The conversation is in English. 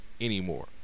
anymore